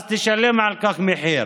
תשלם על כך מחיר.